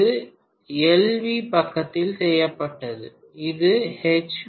இது எல்வி பக்கத்தில் செய்யப்பட்டது இது எச்